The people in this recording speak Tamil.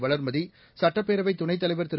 வளர்மதி சுட்டப்பேரவைதுணைத்தலைவர் திரு